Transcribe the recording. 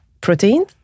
protein